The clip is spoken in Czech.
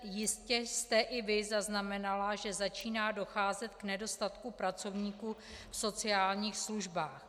Jistě jste i vy zaznamenala, že začíná docházet k nedostatku pracovníků v sociálních službách.